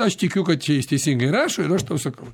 aš tikiu kad čia jis teisingai rašo ir aš tau sakau